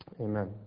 Amen